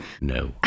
No